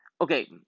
okay